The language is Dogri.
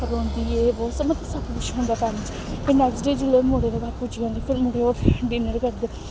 रोंदी एह् वोह् समझो सब किश होंदा घर बिच्च ते नैकस्ट डे जिसलै मुड़े दे घर पुज्जी जंदी फिर ओह् डिनर करदे